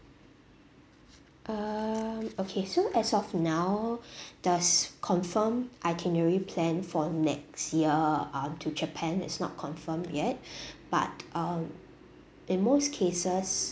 um okay so as of now those confirmed itinerary plan for next year um to japan is not confirmed yet but um in most cases